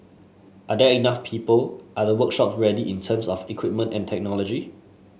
are there enough people are the workshops ready in terms of the equipment and technology